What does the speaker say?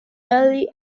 early